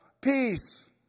Peace